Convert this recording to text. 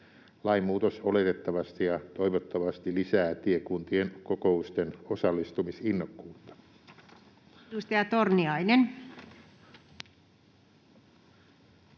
Lainmuutos oletettavasti ja toivottavasti lisää tiekuntien kokousten osallistumisinnokkuutta. [Speech